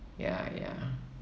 ya ya